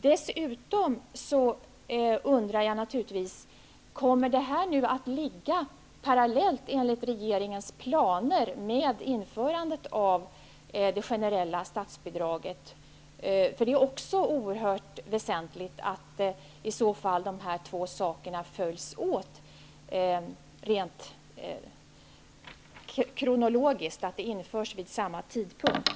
Dessutom undrar jag naturligtvis: Kommer det här att ske parallellt, enligt regeringens planer, med införandet av det generella statsbidraget? Dessutom är det oerhört väsentligt att de här två sakerna i så fall följs åt rent kronologiskt, dvs. att de sker vid samma tidpunkt.